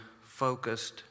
focused